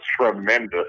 tremendous